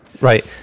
Right